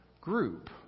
group